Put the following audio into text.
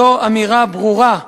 זו אמירה ברורה.